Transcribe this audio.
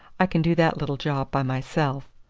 i can do that little job by myself.